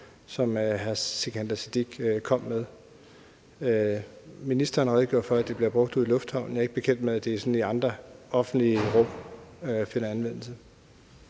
som hr. Sikandar Siddique kom med. Ministeren redegjorde for, at det bliver brugt ude i lufthavnen. Jeg er ikke bekendt med, at det sådan i andre offentlige rum finder anvendelse.